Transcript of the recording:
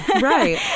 right